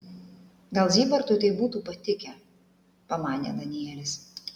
gal zybartui tai būtų patikę pamanė danielis